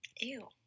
Ew